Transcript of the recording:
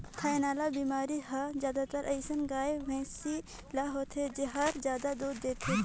थनैल बेमारी हर जादातर अइसन गाय, भइसी ल होथे जेहर जादा दूद देथे